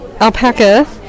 alpaca